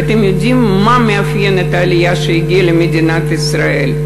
ואתם יודעים מה מאפיין את העלייה שהגיעה למדינת ישראל?